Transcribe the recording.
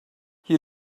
you